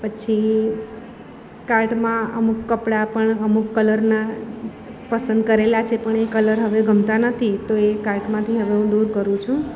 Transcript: પછી કાર્ટમાં અમુક કપડા પણ અમુક કલરના પસંદ કરેલા છે પણ એ કલર હવે ગમતા નથી તો એ કાર્ટમાંથી હવે હું દૂર કરું છું